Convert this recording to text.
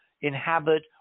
inhabit